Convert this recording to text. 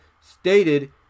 stated